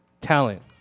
talent